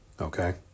okay